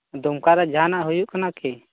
ᱫᱩᱢᱠᱟ ᱨᱮ ᱡᱟᱦᱟᱱᱟᱜ ᱦᱩᱭᱩᱜ ᱠᱟᱱᱟ ᱠᱤ